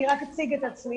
אני אציג את עצמי.